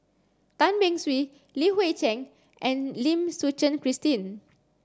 Tan Beng Swee Li Hui Cheng and Lim Suchen Christine